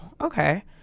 okay